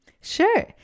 Sure